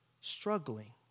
Struggling